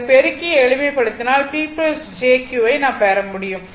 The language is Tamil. இதை பெருக்கி எளிமைப்படுத்தினால் P jQ வை நாம் பெற முடியும்